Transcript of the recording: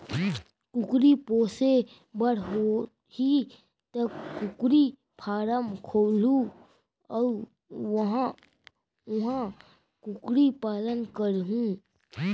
कुकरी पोसे बर होही त कुकरी फारम खोलहूं अउ उहॉं कुकरी पालन करहूँ